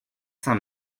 saint